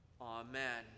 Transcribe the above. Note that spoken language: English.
Amen